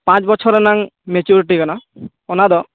ᱯᱟᱸᱪ ᱵᱚᱪᱷᱚᱨ ᱨᱮᱱᱟᱜ ᱢᱮᱪᱩᱨᱤᱴᱤ ᱠᱟᱱᱟ ᱚᱱᱟᱫᱚ